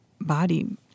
body